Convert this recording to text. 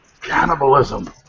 Cannibalism